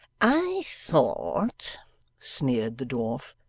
i thought sneered the dwarf,